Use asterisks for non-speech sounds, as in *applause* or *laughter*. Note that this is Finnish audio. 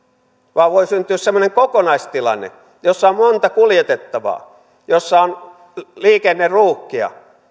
voi syntyä semmoinen kokonaistilanne jossa on monta kuljetettavaa jossa on liikenneruuhkia *unintelligible*